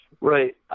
Right